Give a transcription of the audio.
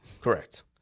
Correct